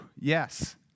yes